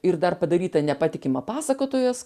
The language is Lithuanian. ir dar padaryta nepatikima pasakotojas